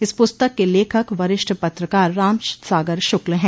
इस पुस्तक के लेखक वरिष्ठ पत्रकार राम सागर शुक्ल है